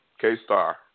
K-Star